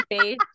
face